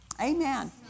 Amen